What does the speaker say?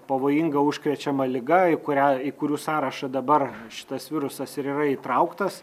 pavojinga užkrečiama liga į kurią į kurių sąrašą dabar šitas virusas ir yra įtrauktas